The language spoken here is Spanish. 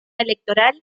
electoral